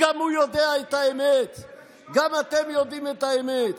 גם כשהוא אמר "חרוזי רעל" לא שמעתי מכם ביקורת.